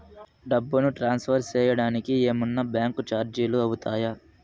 డబ్బును ట్రాన్స్ఫర్ సేయడానికి ఏమన్నా బ్యాంకు చార్జీలు అవుతాయా?